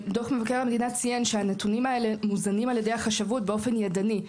דוח מבקר המדינה ציין שהנתונים האלה מוזנים על ידי החשבות באופן ידני.